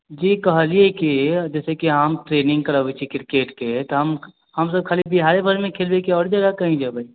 जी कहलियै कि जैसे कि हम ट्रेनिंग कराबै छियै क्रिकेट के तऽ हम हमसब खाली बिहारे भरि मे खेलबै कि आओर जगह कहीं जेबै